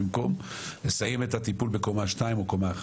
במקום לסיים את הטיפול בעניינו בקומה 2 או